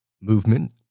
movement